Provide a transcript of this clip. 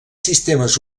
sistemes